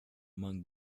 among